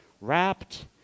wrapped